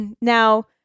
Now